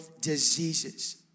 diseases